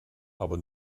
aber